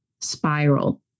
spiral